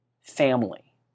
family